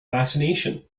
fascination